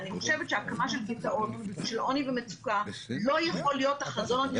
אני חושבת שהקמה של גטאות של עוני ומצוקה לא יכול להיות החזון.